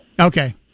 okay